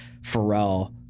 Pharrell